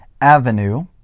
Avenue